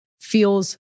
feels